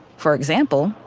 for example,